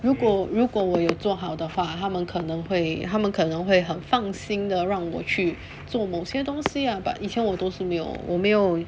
如果如果我有做好的话他们可能会他们可能会很放心地让我去做某些东西啊 but 以前我都是没有我没有